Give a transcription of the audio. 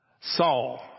Saul